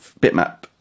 bitmap